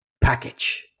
package